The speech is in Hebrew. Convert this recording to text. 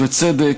ובצדק,